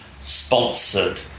sponsored